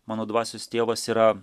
mano dvasios tėvas yra